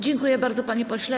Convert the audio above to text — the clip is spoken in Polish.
Dziękuję bardzo, panie pośle.